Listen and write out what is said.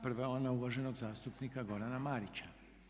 Prva je ona uvaženog zastupnika Gorana Marića.